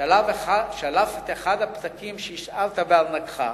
שלף את אחד הפתקים שהשארת בארנקך.